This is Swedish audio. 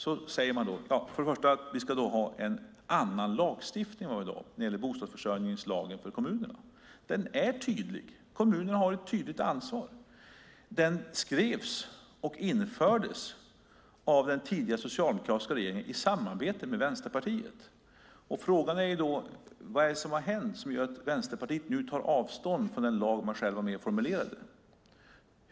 Först och främst säger man att vi ska ha en annan lagstiftning än vad vi har i dag med bostadsförsörjningslagen för kommunerna. Lagen är tydlig. Kommunerna har ett tydligt ansvar. Den skrevs och infördes av den tidigare socialdemokratiska regeringen i samarbete med Vänsterpartiet. Frågan är vad som har hänt som gör att Vänsterpartiet tar avstånd från den lag man själv var med och formulerade.